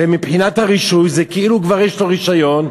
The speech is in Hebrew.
ומבחינת הרישוי, זה כאילו כבר יש לו רישיון.